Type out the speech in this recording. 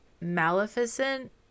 Maleficent